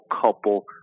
couple